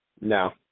No